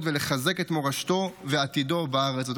ולחזק את מורשתו ועתידו בארץ הזאת.